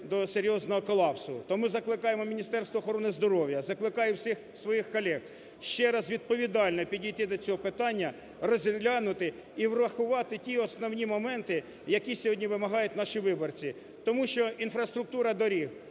до серйозного колапсу. Тому закликаємо Міністерство охорони здоров'я, закликаю всіх своїх колег ще раз відповідально підійти до цього питання розглянути і врахувати ті основні моменти, які сьогодні вимагають наші виборці. Тому що інфраструктура доріг,